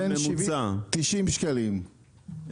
הממוצע זה בין 70 ל-90 שקלים לחודשיים.